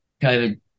COVID